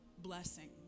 blessing